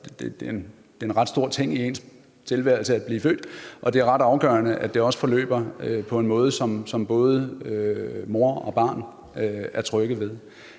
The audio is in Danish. det er en ret stor ting i ens tilværelse at blive født, og at det er ret afgørende, at det også forløber på en måde, som både mor og barn er trygge ved.